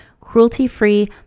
cruelty-free